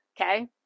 okay